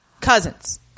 Cousins